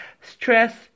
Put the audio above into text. Stress